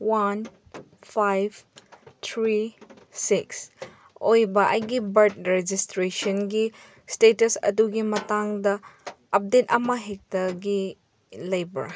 one five three six ꯑꯣꯏꯕ ꯑꯩꯒꯤ birth ꯔꯦꯖꯤꯁꯇ꯭ꯔꯦꯁꯟꯒꯤ ꯁ꯭ꯇꯦꯇꯁ ꯑꯗꯨꯒꯤ ꯃꯇꯥꯡꯗ ꯑꯞꯗꯦꯠ ꯑꯃ ꯍꯦꯛꯇꯒꯤ ꯂꯩꯕ꯭ꯔꯥ